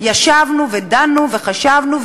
ישבנו ודנו וחשבנו,